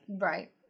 Right